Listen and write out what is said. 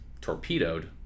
torpedoed